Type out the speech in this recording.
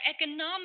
economic